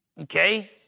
Okay